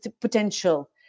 potential